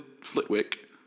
Flitwick